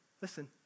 Listen